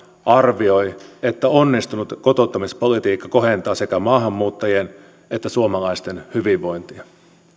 arvioi että onnistunut kotouttamispolitiikka kohentaa sekä maahanmuuttajien että suomalaisten hyvinvointia